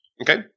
Okay